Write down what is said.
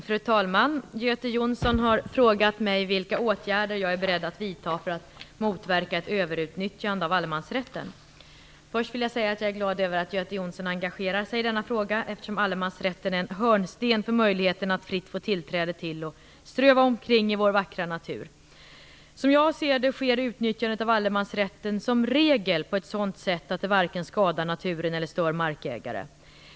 Fru talman! Göte Jonsson har frågat mig vilka åtgärder jag är beredd att vidta för att motverka ett överutnyttjande av allemansrätten. Först vill jag säga att jag är glad över att Göte Jonsson engagerar sig i denna fråga, eftersom allemansrätten är en hörnsten för möjligheten att fritt få tillträde till och ströva omkring i vår vackra natur. Som jag ser det sker utnyttjandet av allemansrätten som regel på ett sådant sätt att det varken skadar naturen eller stör markägare.